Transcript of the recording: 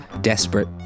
desperate